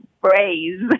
phrase